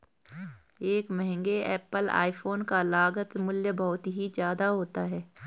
एक महंगे Apple iPhone का लागत मूल्य बहुत ही ज्यादा होता है